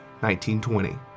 1920